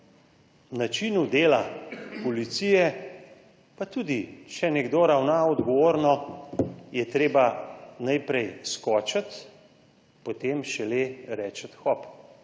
v načinu dela policije pa tudi če nekdo ravna odgovorno je treba najprej skočiti, potem šele reči hop.